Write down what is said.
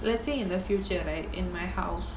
let's say in the future right in my house